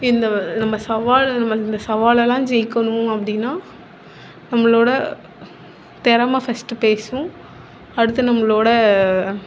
இந்த நம்ம சவால் நம்ம இந்த சவாலெல்லாம் ஜெயிக்கணும் அப்படின்னா நம்மளோடய திறமை ஃபர்ஸ்ட்டு பேசும் அடுத்து நம்மளோடய